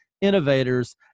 innovators